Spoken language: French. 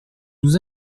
nous